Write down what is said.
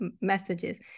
messages